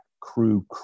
crew